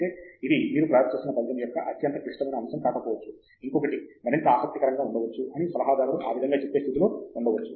అయితే ఇది మీరు ప్రదర్శిస్తున్న ఫలితం యొక్క అత్యంత క్లిష్టమైన అంశం కాకపోవచ్చు ఇంకొకటి మరింత ఆసక్తికరంగా ఉండవచ్చు అని సలహాదారుడు ఆ విధంగా చెప్పే స్థితిలో ఉండవచ్చు